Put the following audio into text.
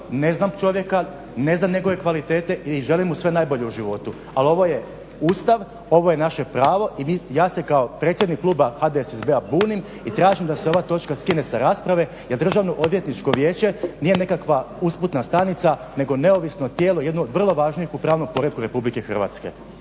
ne znam čovjeka, ne znam njegove kvalitete i želim mu sve najbolje u životu, ali ovo je Ustav, ovo je naše pravo i ja se kao predsjednik kluba HDSSB-a bunim i tražim da se ova točka skine sa rasprave jer Državno odvjetničko vijeće nije nekakva usputna stanica nego neovisno tijelo, jedno od vrlo važnih u pravnom poretku Republike Hrvatske.